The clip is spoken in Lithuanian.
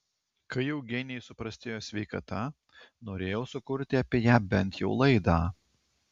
kai eugenijai suprastėjo sveikata norėjau sukurti apie ją bent jau laidą